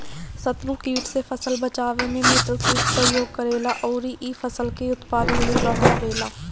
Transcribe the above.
शत्रु कीट से फसल बचावे में मित्र कीट सहयोग करेला अउरी इ फसल के उत्पादन भी बढ़ावेला